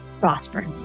prosper